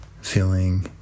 feeling